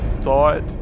thought